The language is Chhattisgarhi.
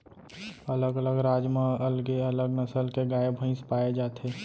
अलग अलग राज म अलगे अलग नसल के गाय भईंस पाए जाथे